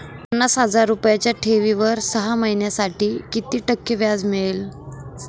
पन्नास हजार रुपयांच्या ठेवीवर सहा महिन्यांसाठी किती टक्के व्याज मिळेल?